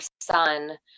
son